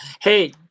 hey